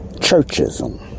Churchism